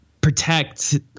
protect